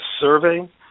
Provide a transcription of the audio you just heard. survey